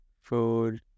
food